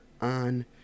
on